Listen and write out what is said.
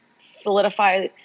solidify